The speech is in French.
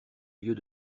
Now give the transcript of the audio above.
lieux